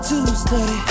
Tuesday